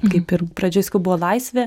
kaip ir pradžioj sakau buvo laisvė